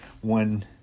one